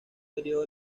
período